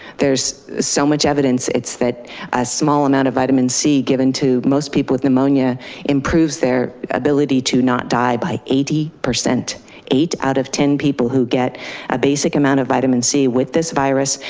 there's so much evidence, it's that ah small amount of vitamin c given to most people with pneumonia improves their ability to not die by eighty. eight out of ten people who get a basic amount of vitamin c with this virus,